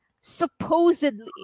supposedly